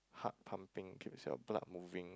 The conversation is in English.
heart pumping keeps your blood moving